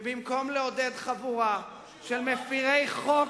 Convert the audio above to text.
ובמקום לעודד חבורה של מפירי חוק